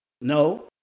no